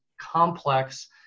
complex